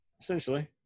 Essentially